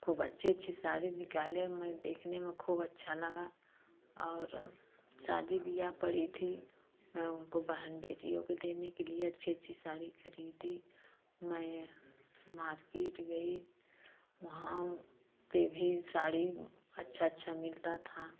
खूब अच्छी अच्छी साड़ी निकाले मैं देखने में खूब अच्छा लगा और शादी ब्याह पड़ी थी मैं उनको बहन बेटियों को देने के लिए अच्छी अच्छी साड़ी खरीदी मैं मार्किट गई वहाँ पर भी साड़ी अच्छा अच्छा मिलता था